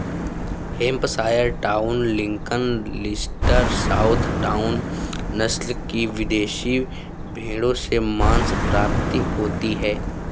Hampshire Down, Lincoln, Leicester, Southdown, नस्ल की विदेशी भेंड़ों से माँस प्राप्ति होती है